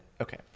okay